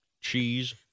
cheese